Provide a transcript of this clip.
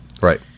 Right